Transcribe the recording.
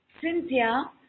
Cynthia